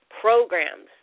programs